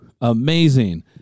Amazing